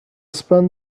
spend